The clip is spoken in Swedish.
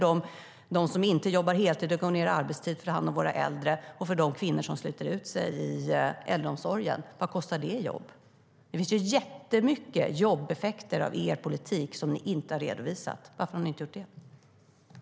De som inte jobbar heltid och går ned i arbetstid för att ta hand om våra äldre och de kvinnor som sliter ut sig i äldreomsorgen, vad kostar det i jobb? Det finns jättemycket jobbeffekter av er politik som ni inte har redovisat. Varför har ni inte gjort det?